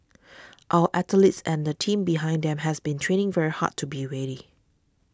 our athletes and the team behind them have been training very hard to be ready